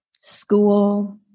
School